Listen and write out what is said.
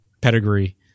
pedigree